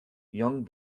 young